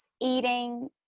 eating